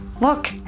look